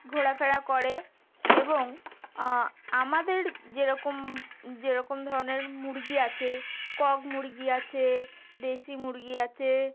ঘোরাফেরা করে এবং আমাদের যেরকম যেরকম ধরনের মুরগি আছে কক মুরগি আছে দেশি মুরগি আছে